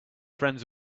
friends